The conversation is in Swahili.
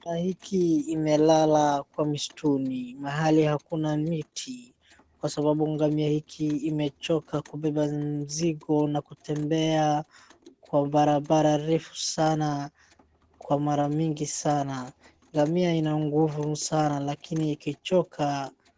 Ngamia hiki imelala kwa msituni mahali hakuna miti kwa sababu ngami hiki imechoka kubeba mzigo na kutembea kwa barabara refu sana. Kwa mara mingi sana ngamia ina nguvu sana lakini ikichoka.